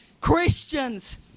Christians